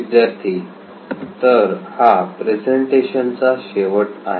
विद्यार्थी तर हा प्रेझेंटेशन चा शेवट आहे